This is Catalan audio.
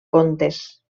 contes